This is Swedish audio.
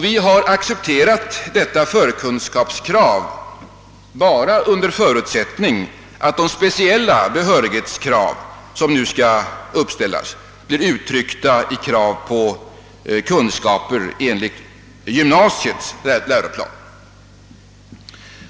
Vi har accepterat detta förkunskapskrav endast under förutsättning att de speciella behörighetskrav som nu skall uppställas blir uttryckta i krav på kunskaper enligt gymnasiets läroplan.